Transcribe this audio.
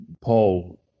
Paul